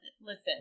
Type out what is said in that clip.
Listen